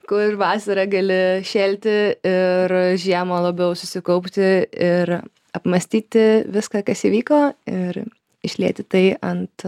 kur vasarą gali šėlti ir žiemą labiau susikaupti ir apmąstyti viską kas įvyko ir išlieti tai ant